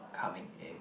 coming in